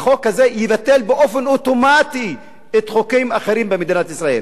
החוק הזה יבטל באופן אוטומטי חוקים אחרים במדינת ישראל.